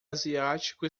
asiático